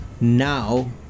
now